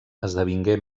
esdevingué